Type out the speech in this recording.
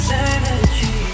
energy